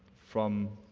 from